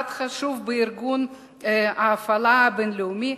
צעד חשוב של ארגון הפעולה הבין-לאומי